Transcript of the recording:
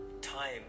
time